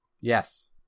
Yes